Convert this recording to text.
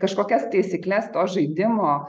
kažkokias taisykles to žaidimo